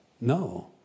No